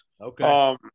Okay